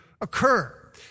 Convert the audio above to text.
occur